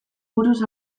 buruz